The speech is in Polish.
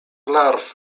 larw